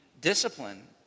discipline